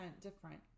different